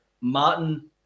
Martin